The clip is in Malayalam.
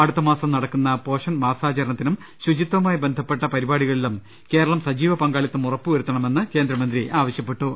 അടുത്ത മാസം നടക്കുന്ന പോഷൺ മാസാചരണ ത്തിനും ശുചിത്വമായി ബന്ധപ്പെട്ട പരിപാടികളിലും കേരളം സജീവ പങ്കാളിത്തം ഉറപ്പുവരുത്തണമെന്നും കേന്ദ്രമന്ത്രി ആവശ്യപ്പെട്ടു